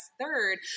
third